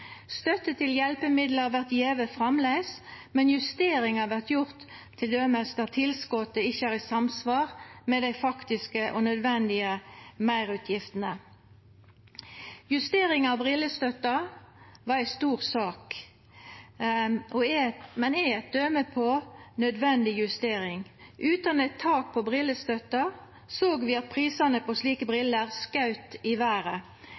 Støtte til hjelpemiddel vert gjeve framleis, men justeringar vert gjorde t.d. der tilskotet ikkje er i samsvar med dei faktiske og nødvendige meirutgiftene. Justeringa av brillestøtta var ei stor sak, men er eit døme på nødvendig justering. Utan eit tak på brillestøtta såg me at prisane på slike briller skaut i veret.